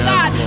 God